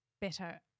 better